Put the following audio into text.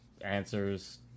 answers